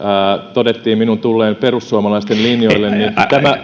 todettiin minun tulleen perussuomalaisten linjoille niin